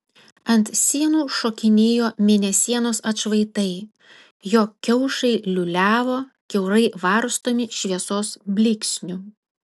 ant sienų šokinėjo mėnesienos atšvaitai jo kiaušai liūliavo kiaurai varstomi šviesos blyksnių